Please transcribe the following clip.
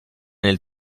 nel